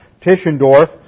Tischendorf